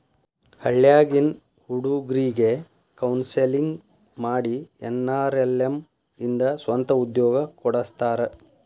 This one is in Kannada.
ಹಳ್ಳ್ಯಾಗಿನ್ ಹುಡುಗ್ರಿಗೆ ಕೋನ್ಸೆಲ್ಲಿಂಗ್ ಮಾಡಿ ಎನ್.ಆರ್.ಎಲ್.ಎಂ ಇಂದ ಸ್ವಂತ ಉದ್ಯೋಗ ಕೊಡಸ್ತಾರ